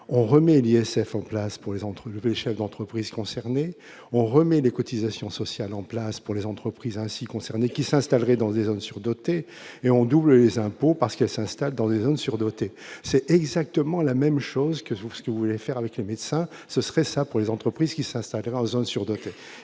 ont remédié SF en classe pour les entre chefs d'entreprise concernées on remet les cotisations sociales en place pour les entreprises ainsi concernés qui s'installeraient dans des zones surdotées et on double les impôts parce qu'elles s'installent dans les zones surdotées, c'est exactement la même chose que vous ce que vous voulez faire avec le médecin, ce serait ça pour les entreprises qui s'installera aux zones surdotées,